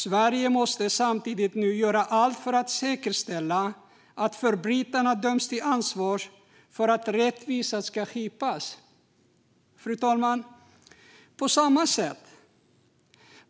Sverige måste nu göra allt för att säkerställa att förbrytarna ställs till svars och rättvisa skipas. Fru talman!